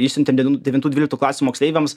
išsiuntė devin devintų dvyliktų klasių moksleiviams